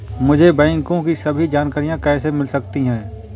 मुझे बैंकों की सभी जानकारियाँ कैसे मिल सकती हैं?